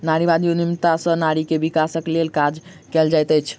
नारीवादी उद्यमिता सॅ नारी के विकासक लेल काज कएल जाइत अछि